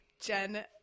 Jen